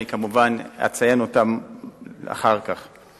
שכמובן אציין אותם אחר כך.